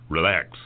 Relax